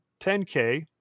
10k